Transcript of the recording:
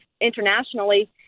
internationally